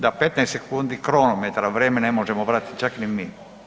Da, 15 sekundi kronometra, vrijeme ne možemo vratiti čak ni mi.